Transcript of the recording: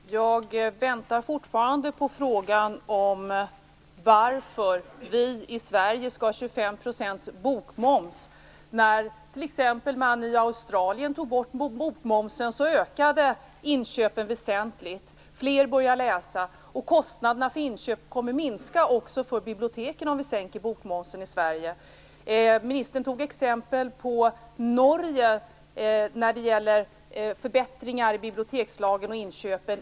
Herr talman! Jag väntar fortfarande på svaret på frågan om varför vi i Sverige skall ha 25 % i bokmoms. När man i t.ex. Australien tog bort bokmomsen ökade inköpen väsentligt och fler började läsa. Kostnaderna för inköp kommer också att minska för biblioteken om vi sänker bokmomsen i Sverige. Ministern tog upp exemplet Norge när det gäller förbättringar i bibliotekslagen och när det gäller inköpen.